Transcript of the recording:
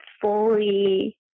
fully